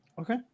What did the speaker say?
Okay